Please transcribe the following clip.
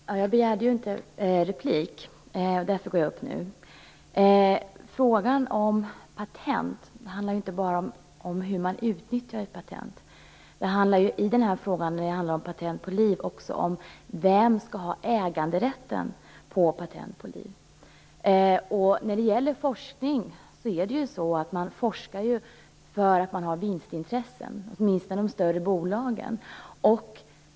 Fru talman! Jag begärde inte replik. Därför går jag upp i talarstolen nu. Frågan om patent handlar inte bara om hur man utnyttjar ett patent. När det gäller patent på liv handlar det också om vem som skall ha äganderätten till patent på liv. Åtminstone de större bolagen forskar för att de har vinstintressen.